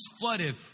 flooded